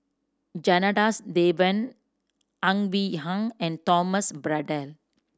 Janadas Devan Ang Wei Hang and Thomas Braddell